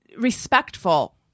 Respectful